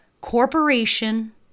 corporation